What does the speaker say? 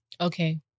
Okay